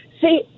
See